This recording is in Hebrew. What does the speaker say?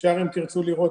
אפשר לראות,